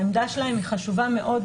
העמדה שלהם היא חשובה מאוד.